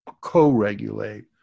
co-regulate